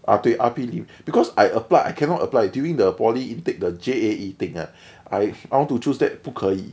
ah 对 R_P because I applied I cannot apply during the poly intake the J_A_E thing ah I I want to choose that 不可以